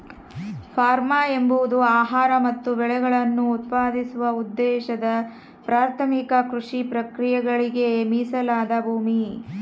form ಎಂಬುದು ಆಹಾರ ಮತ್ತು ಬೆಳೆಗಳನ್ನು ಉತ್ಪಾದಿಸುವ ಉದ್ದೇಶದ ಪ್ರಾಥಮಿಕ ಕೃಷಿ ಪ್ರಕ್ರಿಯೆಗಳಿಗೆ ಮೀಸಲಾದ ಭೂಮಿ